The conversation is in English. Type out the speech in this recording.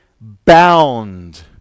bound